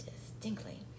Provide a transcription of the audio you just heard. distinctly